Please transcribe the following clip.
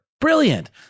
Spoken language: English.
Brilliant